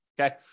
Okay